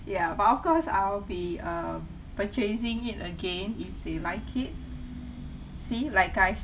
ya but of course I'll be um purchasing it again if they like it see like I